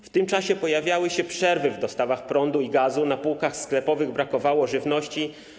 W tym czasie pojawiały się przerwy w dostawach prądu i gazu, na półkach sklepowych brakowało żywności.